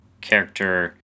character